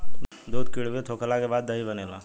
दूध किण्वित होखला के बाद दही बनेला